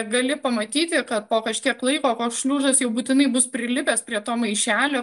gali pamatyti kad po kažkiek laiko koks šliužas jau būtinai bus prilipęs prie to maišelio